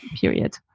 period